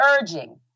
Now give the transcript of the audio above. urging